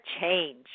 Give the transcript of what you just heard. change